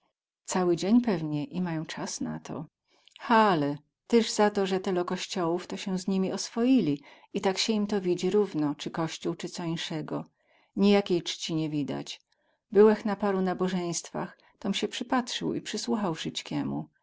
cały dzień pewnie i mają cas na to hale tyz za to ze telo kościołów to sie z nimi oswoili i tak sie im to widzi równo cy kościół cy co insego nijakie ćci nie widać byłech na paru nabozeństwach tom sie przypatrzył i przysłuchał